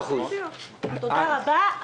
תודה רבה,